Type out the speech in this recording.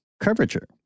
curvature